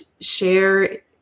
share